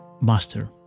master